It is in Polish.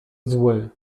zły